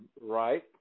right